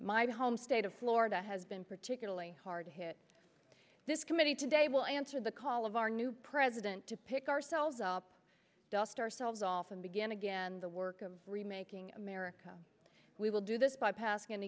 my home state of florida has been particularly hard hit this committee today will answer the call of our new president to pick ourselves up dust ourselves off and begin again the work of remaking america we will do this by paskin